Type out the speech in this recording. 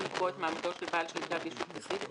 לקבוע את מעמדו של בעל שליטה בישות פסיבית,